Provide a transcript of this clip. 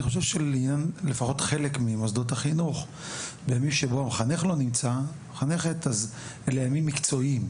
אני חושב שבחלק ממוסדות החינוך בימים שבהם המחנכ/ת אלה ימים מקצועיים,